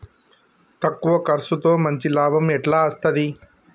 తక్కువ కర్సుతో మంచి లాభం ఎట్ల అస్తది?